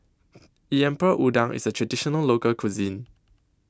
Lemper Udang IS A Traditional Local Cuisine